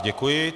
Děkuji.